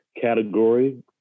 category